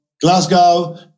Glasgow